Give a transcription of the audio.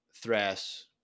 Thras